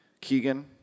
Keegan